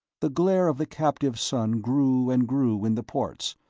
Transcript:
the glare of the captive sun grew and grew in the ports,